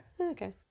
Okay